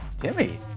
Timmy